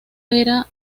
era